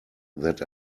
that